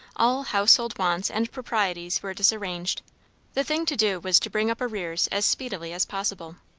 all household wants and proprieties were disarranged the thing to do was to bring up arrears as speedily as possible.